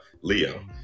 leo